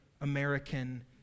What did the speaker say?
American